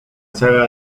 saga